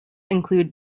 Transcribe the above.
include